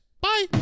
bye